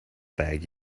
bag